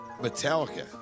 Metallica